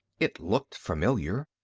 it looked familiar.